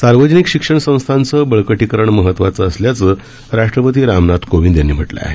सार्वजनिक शिक्षण संस्थांचं बळकटीकरण महत्वाचं असल्याचं राष्ट्रपती रामनाथ कोविंद यांनी म्हटलं आहे